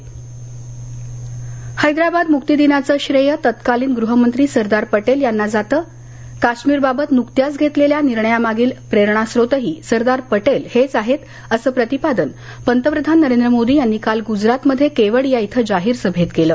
मोदी पटेल हैदराबाद मुक्तीदिनाचं श्रेय तत्कालिन गृहमंत्री सरदार पटेल यांना जातं काश्मीर बाबत नुकत्याच घेतलेल्या निर्णयामागील प्रेरणास्रोतही सरदार पटेलच आहेत असं प्रतिपादन पंतप्रधान नरेंद्र मोदी यांनी काल गुजरातमध्ये केवडिया इथं जाहीर सभेत केलं